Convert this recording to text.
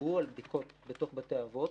כשדיברו על בדיקות בתוך בתי אבות,